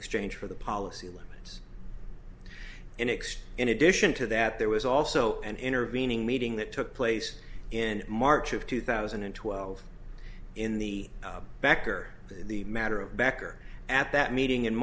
exchange for the policy limits and extend addition to that there was also an intervening meeting that took place in march of two thousand and twelve in the back or the matter of back or at that meeting in